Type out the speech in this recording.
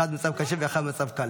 אחד במצב קשה ואחד במצב קל.